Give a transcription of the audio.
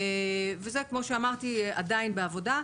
כמו שאמרתי, זה עדיין בעבודה.